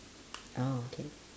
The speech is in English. oh okay